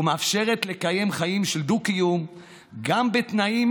ומאפשרת לקיים חיים של דו-קיום גם בתנאים